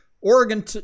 Oregon